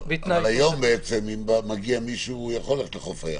היום אם מגיע מישהו, הוא יכול ללכת לחוף הים.